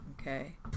Okay